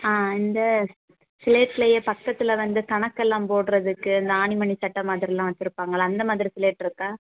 ஆ இந்த ஸ்லேட்டிலேயே பக்கத்தில் வந்து கணக்கெல்லாம் போடுறதுக்கு இந்த ஆணி மணி சட்டம் மாதிரியெலாம் வச்சுருப்பாங்கள்ல அந்தமாதிரி ஸ்லேட் இருக்கா